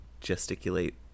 gesticulate